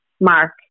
Mark